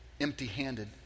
empty-handed